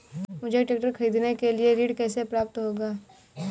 मुझे ट्रैक्टर खरीदने के लिए ऋण कैसे प्राप्त होगा?